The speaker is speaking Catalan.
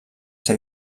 ser